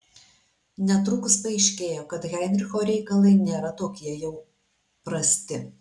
netrukus paaiškėjo kad heinricho reikalai nėra tokie jau prasti